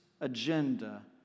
agenda